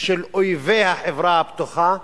של אויבי החברה הפתוחה,